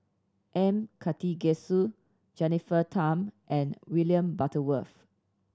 M Karthigesu Jennifer Tham and William Butterworth